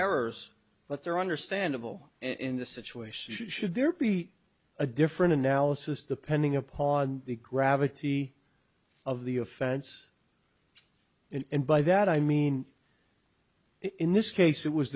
errors but they're understandable in the situation should there be a different analysis depending upon the gravity of the offense and by that i mean in this case it was